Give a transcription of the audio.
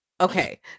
okay